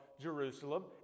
Jerusalem